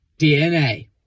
DNA